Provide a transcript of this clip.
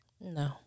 No